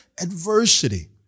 adversity